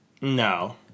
No